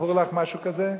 זכור לך משהו כזה?